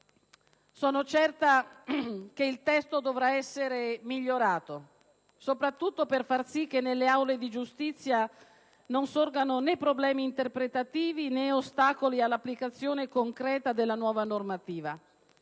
Certo, il testo dovrà essere migliorato, soprattutto per far sì che nelle aule di giustizia non sorgano né problemi interpretativi né ostacoli all'applicazione concreta della nuova normativa.